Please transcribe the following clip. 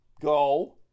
Go